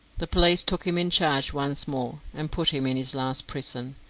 the police took him in charge once more and put him in his last prison,